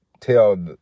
tell